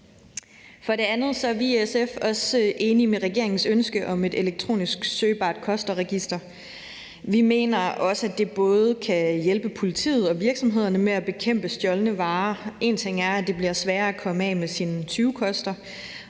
For det andet er vi i SF også enige i regeringens ønske om et elektronisk søgbart kosterregister. Vi mener også, at det kan hjælpe både politiet og virksomhederne med at bekæmpe omfanget af stjålne varer. Én ting er, at det bliver sværere at komme af med sine tyvekoster.